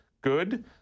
Good